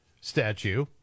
statue